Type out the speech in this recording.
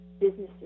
businesses